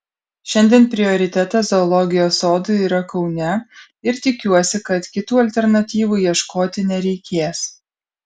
šiandien prioritetas zoologijos sodui yra kaune ir tikiuosi kad kitų alternatyvų ieškoti nereikės